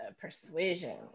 Persuasion